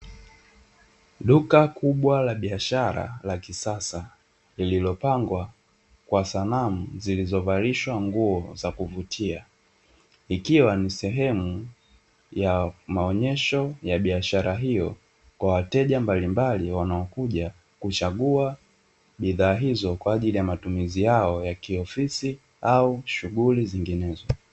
Duka kubwa la biashara la kisasa lililopangwa kwa sanamu zilizovalishwa nguo za kuvutia, ikiwa ni sehemu ya maonyesho ya biashara hiyo kwa wateja mbalimbali wanaokuja kuchagua bidhaa hizo kwa ajili ya matumizi yao ya kiofisi au shughuli nyinginezo.